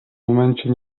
momencie